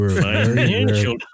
Financial